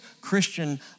Christian